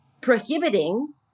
prohibiting